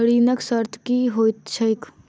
ऋणक शर्त की होइत छैक?